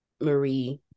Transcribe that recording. Marie